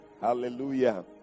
Hallelujah